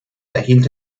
erhielt